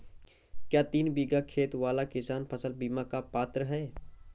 क्या तीन बीघा खेत वाला किसान फसल बीमा का पात्र हैं?